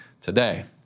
today